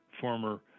former